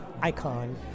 icon